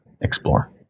explore